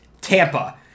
Tampa